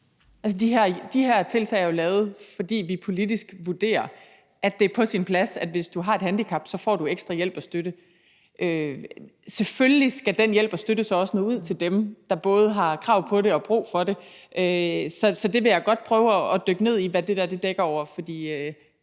de her tiltag er jo lavet, fordi vi politisk vurderer, at det er på sin plads, at hvis du har et handicap, får du ekstra hjælp og støtte. Selvfølgelig skal den hjælp og støtte så også nå ud til dem, der både har krav på det og brug for det. Så det der vil jeg godt prøve at dykke ned i hvad dækker over, for